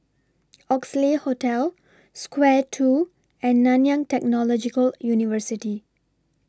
Oxley Hotel Square two and Nanyang Technological University